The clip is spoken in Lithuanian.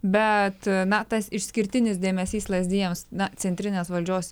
bet na tas išskirtinis dėmesys lazdijams na centrinės valdžios